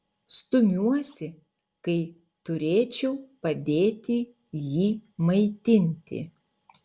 stumiuosi kai turėčiau padėti jį maitinti